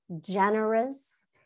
generous